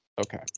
Okay